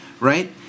right